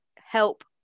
help